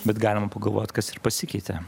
bet galima pagalvot kas ir pasikeitė